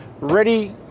ready